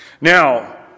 Now